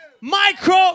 Micro